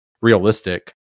realistic